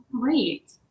great